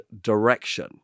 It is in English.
direction